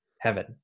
heaven